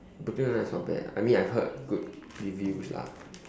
brooklyn nine nine is not bad I mean I heard good reviews lah